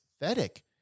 pathetic